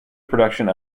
production